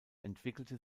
entwickelte